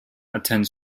attend